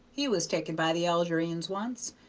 he was taken by the algerines once,